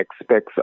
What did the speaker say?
expects